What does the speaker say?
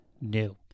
new